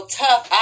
tough